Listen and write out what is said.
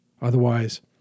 Otherwise